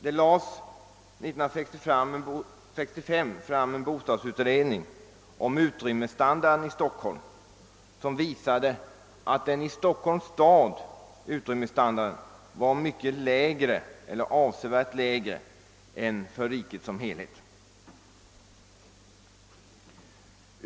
1965 gjordes en bostadsutredning om utrymmesstandarden i Stockholm, som visade att utrymmesstandarden i Stockholm var avsevärt lägre än för riket som helhet.